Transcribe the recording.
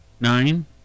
nine